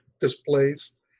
displays